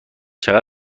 چقدر